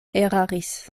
eraris